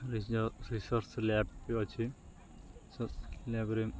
ରିସ research lab ବି ଅଛି research ଲ୍ୟାବ୍ରେ